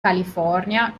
california